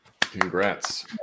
Congrats